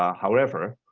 um however,